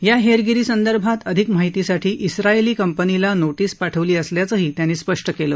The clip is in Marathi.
या हेरगिरीसंदर्भात अधिक माहितीसाठी इस्रायली कंपनीला नोटिस पाठवली असल्याचंही त्यांनी स्पष्ट केलं